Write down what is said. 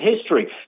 history